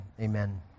amen